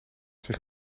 zich